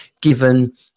given